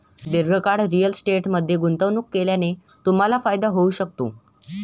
दीर्घकाळ रिअल इस्टेटमध्ये गुंतवणूक केल्याने तुम्हाला फायदा होऊ शकतो